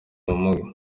ubumuga